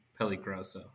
peligroso